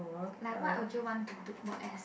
like what would you want to do work as